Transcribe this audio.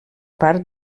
part